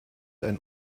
einen